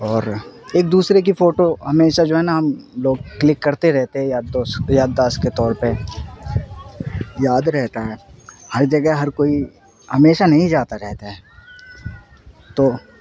اور ایک دوسرے کی فوٹو ہمیشہ جو ہے نا ہم لوگ کلک کرتے رہتے ہیں یاد دوست یادداشت کے طور پہ یاد رہتا ہے ہر جگہ ہر کوئی ہمیشہ نہیں جاتا رہتا ہے تو